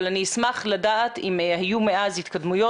אבל אני אשמח לדעת אם היו מאז התקדמויות,